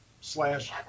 slash